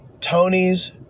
Tony's